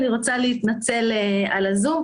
אני רוצה להתנצל על הזום,